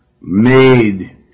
made